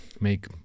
make